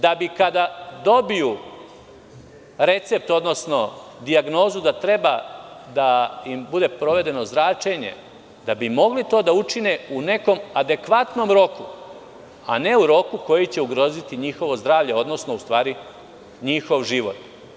Da bi kada dobiju recept, odnosno dijagnozu da treba da im bude sprovedeno zračenje, da bi to mogli da učine u nekom adekvatnom roku, a ne u roku koji će ugroziti njihovo zdravlje, odnosno njihov život.